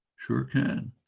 sure can.